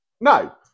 no